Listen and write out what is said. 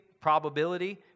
probability